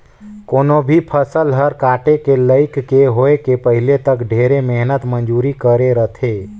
कोनो भी फसल हर काटे के लइक के होए के पहिले तक ढेरे मेहनत मंजूरी करे रथे